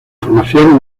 formación